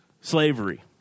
slavery